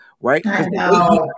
right